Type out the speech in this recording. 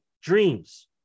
dreams